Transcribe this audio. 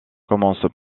commence